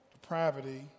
depravity